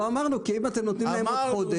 לא אמרנו, כי אם אתם נותנים להם עוד חודש.